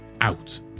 out